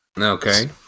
Okay